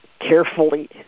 carefully